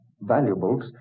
valuables